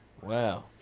Wow